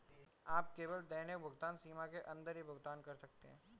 आप केवल दैनिक भुगतान सीमा के अंदर ही भुगतान कर सकते है